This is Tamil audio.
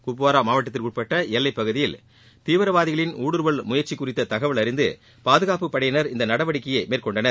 குப்வாரா மாவட்டத்திற்குட்பட்ட எல்லைப்பகுதியில் தீவிரவாதிகளின் ஊடுருவல் முயற்சி சூறித்த தகவல் அறிந்து பாதுகாப்புபடையினர் இந்த நடவடிக்கையை மேற்கொண்டனர்